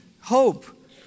hope